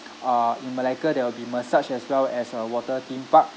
uh in malacca there will be massage as well as a water theme park